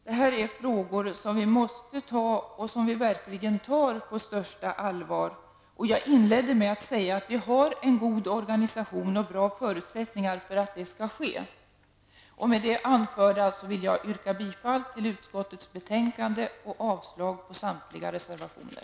Detta är frågor som vi måste ta, och som vi verkligen tar, på största allvar. Jag inledde med att säga att vi har en god organisation och bra förutsättningar för att så skall ske. Med det anförda vill jag yrka bifall till hemställan i utskottets betänkande och avslag på samtliga reservationer.